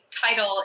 title